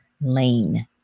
lane